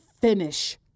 finish